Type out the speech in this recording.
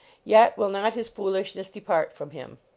yet will not his foolishness depart from him.